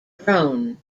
drone